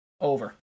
over